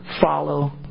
follow